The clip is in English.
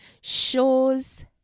Shows